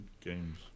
games